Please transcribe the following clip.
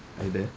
are you there